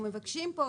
אנחנו מבקשים פה,